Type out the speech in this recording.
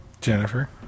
Jennifer